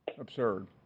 Absurd